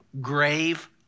grave